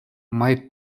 май